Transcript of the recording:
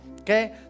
Okay